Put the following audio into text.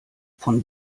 von